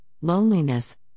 Loneliness